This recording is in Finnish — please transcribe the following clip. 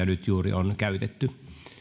nyt on käytetty